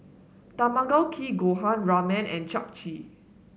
Tamago Kake Gohan Ramen and Japchae